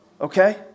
okay